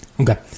Okay